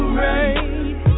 right